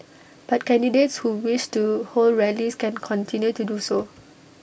but candidates who wish to hold rallies can continue to do so